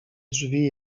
drzwi